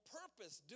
purpose